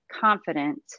confident